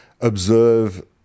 observe